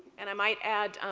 and i might add,